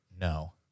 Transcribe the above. No